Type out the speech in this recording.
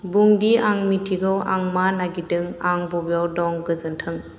बुंदि आं मिथिगौ आं मा नागिरदों आं बबेयाव दं गोजोन्थों